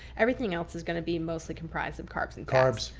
everything else is going to be mostly comprised of carbs and carbs,